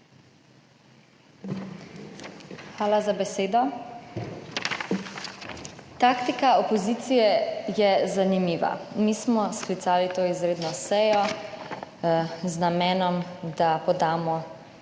Hvala za besedo. Taktika opozicije je zanimiva. Mi smo sklicali to izredno sejo z namenom, da podamo nekatere